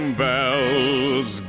bells